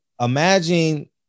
imagine